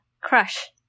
crush